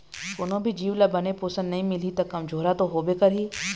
कोनो भी जीव ल बने पोषन नइ मिलही त कमजोरहा तो होबे करही